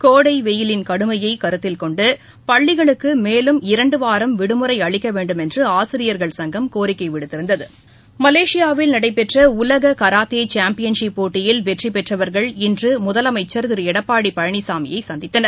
கோடை வெய்யிலின் கடுமையை கருத்தில் கொண்டு பள்ளிகளுக்கு மேலும் இரண்டு வாரம் விடுமுறை அளிக்க வேண்டுமென்று ஆசிரியர்கள் சங்கம் கோரிக்கை விடுத்திருந்தது மலேசியாவில் நடைபெற்ற உலக கராத்தே சாம்பியன்ஷிப் போட்டியில் வெற்றிபெற்றவர்கள் இன்று முதலமைச்சள் திரு எடப்பாடி பழனிசாமியை சந்தித்தனர்